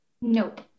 Nope